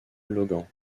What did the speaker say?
logan